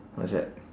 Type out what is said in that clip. what's that